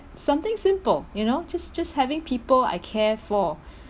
something simple you know just just having people I care for